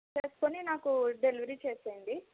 చేసుకొని నాకు డెలివరీ చేసేయండి